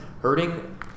hurting